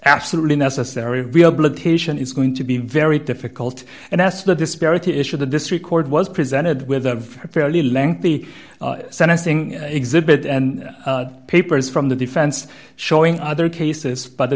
absolutely necessary rehabilitation is going to be very difficult and that's the disparity issue the district court was presented with a fairly lengthy sentencing exhibit and papers from the defense showing other cases by the